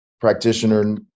practitioner